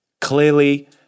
clearly